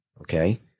okay